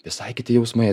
visai kiti jausmai